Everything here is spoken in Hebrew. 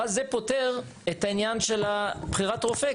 ואז זה פותר את העניין של בחירת רופא,